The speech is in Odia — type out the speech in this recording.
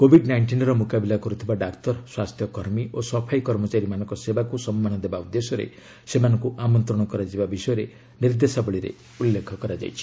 କୋଭିଡ୍ ନାଇଷ୍ଟିନ୍ର ମୁକାବିଲା କରୁଥିବା ଡାକ୍ତର ସ୍ୱାସ୍ଥ୍ୟକର୍ମୀ ଓ ସଫେଇ କର୍ମଚାରୀମାନଙ୍କ ସେବାକୁ ସମ୍ମାନ ଦେବା ଉଦ୍ଦେଶ୍ୟରେ ସେମାନଙ୍କୁ ଆମନ୍ତ୍ରଣ କରାଯିବା ବିଷୟରେ ନିର୍ଦ୍ଦେଶାବଳୀରେ ଉଲ୍ଲେଖ ରହିଛି